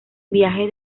viaje